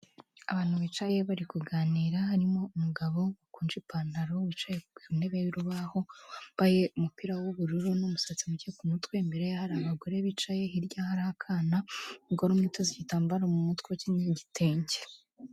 Abantu bicaye, bari kuganira, harimo umugabo wakunje ipantaro, wicaye ku ntebe y'urubaho, wambaye umupira w'ubururu n'umusatsi muke ku mutwe, imbere ye hari abagore bicaye, hirya hari akana, umugore umwe uteze igitambaro mu mutwe, ukenyeye igitenge.